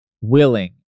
willing